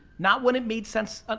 not when it made sense, ah